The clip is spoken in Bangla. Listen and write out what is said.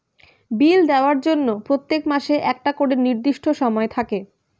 বিল দেওয়ার জন্য প্রত্যেক মাসে একটা করে নির্দিষ্ট সময় থাকে